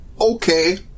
Okay